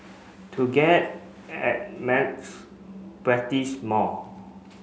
to get at maths practise more